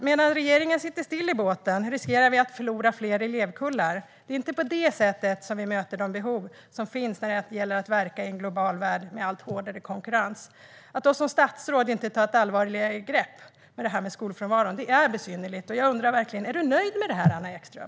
Medan regeringen sitter still i båten riskerar vi att förlora flera elevkullar. Det är inte på det sättet som vi möter de behov som finns när det gäller att verka i en global värld med allt hårdare konkurrens. Att man då som statsråd inte allvarligare tar ett grepp om skolfrånvaron är besynnerligt. Jag undrar verkligen: Är du nöjd med det här, Anna Ekström?